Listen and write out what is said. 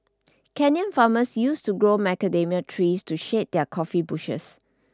Kenyan farmers used to grow macadamia trees to shade their coffee bushes